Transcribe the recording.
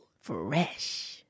Fresh